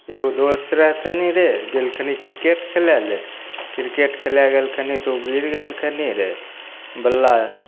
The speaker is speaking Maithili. एगो दोस्त रहथिन रहै गेलखिन किरकेट खेलैले किरकेट खेलै गेलखिन तऽ ओ गिर गेलखिन रहै बल्ला